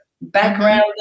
background